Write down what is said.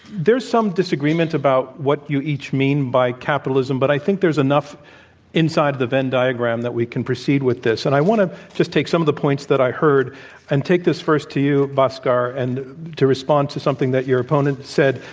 there's some disagreement about what you each mean by capitalism, but i think there's enough inside the ven diagram that we can proceed with this. and i want to just take some of the points that i heard and take this first to you, bhaskar, and to respond to something that your opponent said,